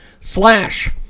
slash